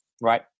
right